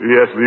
Yes